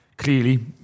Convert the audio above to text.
Clearly